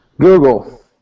Google